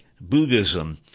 Buddhism